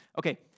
Okay